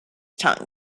tongue